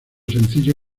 sencillo